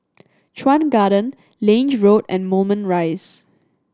Chuan Garden Lange Road and Moulmein Rise